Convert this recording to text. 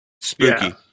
spooky